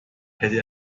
hätte